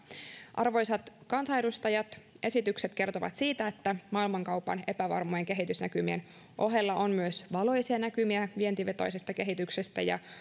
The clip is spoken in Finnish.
arvoisat kansanedustajat esitykset kertovat siitä että maailmankaupan epävarmojen kehitysnäkymien ohella on myös valoisia näkymiä vientivetoisesta kehityksestä ja